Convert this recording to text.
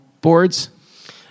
boards